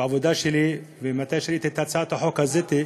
מהעבודה שלי, וכשראיתי את הצעת החוק הזאת,